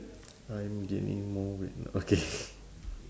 I'm gaining more weight now okay